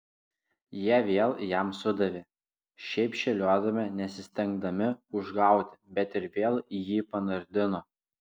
jie vėl jam sudavė šiaip šėliodami nesistengdami užgauti bet ir vėl jį panardino